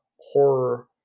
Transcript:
horror